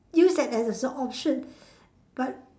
use that as a s~ option but